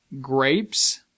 grapes